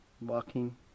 walking